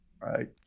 right